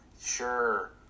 Sure